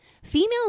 Females